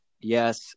yes